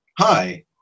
hi